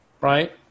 right